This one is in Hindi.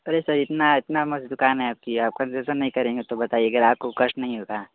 अरे सर इतनी इतनी मस्त दुक़ान है आपकी आप कॉन्सेशन नहीं करेंगे तो बताइए कि अगर आपको कष्ट नहीं होगा